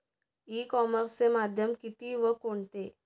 E कॉमर्सचे माध्यम किती व कोणते?